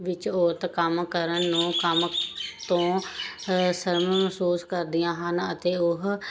ਵਿੱਚ ਔਰਤ ਕੰਮ ਕਰਨ ਨੂੰ ਕੰਮ ਤੋਂ ਸ਼ਰਮ ਮਹਿਸੂਸ ਕਰਦੀਆਂ ਹਨ ਅਤੇ ਉਹ